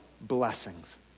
blessings